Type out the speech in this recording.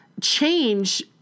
change